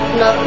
no